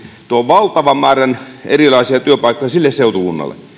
valtavan määrän erilaisia työpaikkoja sille seutukunnalle